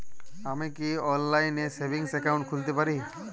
আমি কি অনলাইন এ সেভিংস অ্যাকাউন্ট খুলতে পারি?